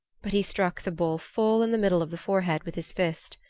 but he struck the bull full in the middle of the forehead with his fist.